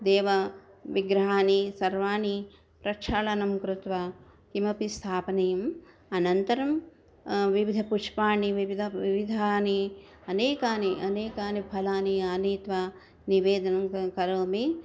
देव विग्रहानि सर्वाणि प्रक्षालनं कृत्वा किमपि स्थापनीयम् अनन्तरं विविध पुष्पाणि विविध विविधानि अनेकानि अनेकानि फलानि आनीत्वा निवेदनं क करोमि